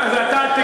זה לא אותו הדבר.